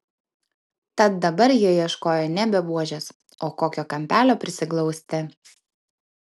tad dabar jie ieškojo nebe buožės o kokio kampelio prisiglausti